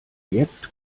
jetzt